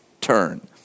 turn